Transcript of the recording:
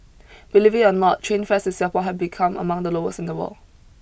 believe it or not train fares in Singapore have become among the lowest in the world